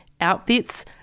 outfits